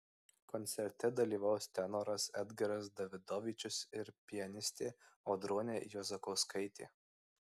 koncerte dalyvaus tenoras edgaras davidovičius ir pianistė audronė juozauskaitė